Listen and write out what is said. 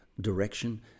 direction